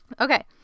Okay